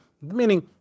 Meaning